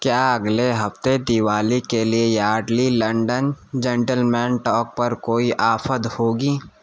کیا اگلے ہفتے دیوالی کے لیے Yardley London gentleman talc پر کوئی آفد ہوگی